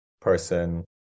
person